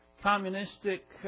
communistic